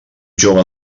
jove